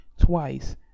twice